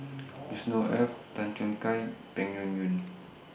Yusnor Ef Tan Choo Kai Peng Yuyun